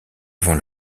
avant